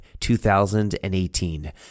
2018